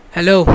Hello